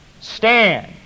Stand